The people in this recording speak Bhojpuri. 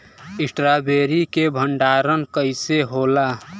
स्ट्रॉबेरी के भंडारन कइसे होला?